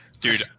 Dude